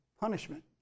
punishment